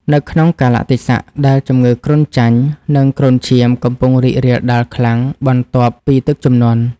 នៅក្នុងកាលៈទេសៈដែលជំងឺគ្រុនចាញ់ និងគ្រុនឈាមកំពុងរីករាលដាលខ្លាំងបន្ទាប់ពីទឹកជំនន់។